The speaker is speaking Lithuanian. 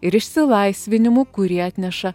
ir išsilaisvinimu kurį atneša